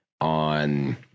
on